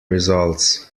results